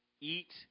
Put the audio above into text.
eat